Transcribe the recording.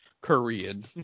Korean